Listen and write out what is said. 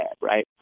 Right